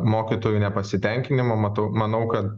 mokytojų nepasitenkinimo matau manau kad